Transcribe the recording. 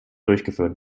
durchgeführt